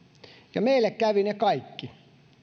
ja meille kävivät ne kaikki